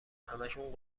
همهشون